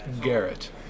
Garrett